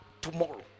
tomorrow